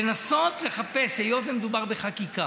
לנסות לחפש, היות שמדובר בחקיקה.